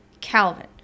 Calvin